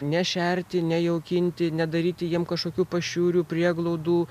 ne šerti ne jaukinti nedaryti jiems kažkokių pašiūrių prieglaudų